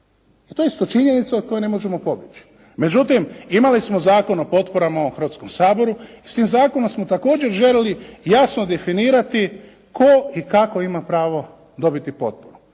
I to je isto činjenica od koje ne možemo pobjeći. Međutim, imali smo Zakon o potporama u Hrvatskom saboru i s tim zakonom smo također željeli jasno definirati tko i kako ima pravo dobiti potporu